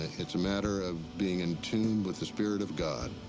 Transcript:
it's a matter of being in tune with the spirit of god.